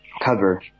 cover